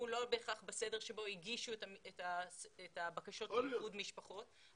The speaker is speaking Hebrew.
הוא לא בהכרח בסדר שבו הגישו את הבקשות לאיחוד משפחות,